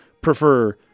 prefer